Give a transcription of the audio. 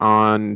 on